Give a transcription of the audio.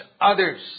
others